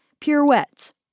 Pirouettes